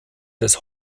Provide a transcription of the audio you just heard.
des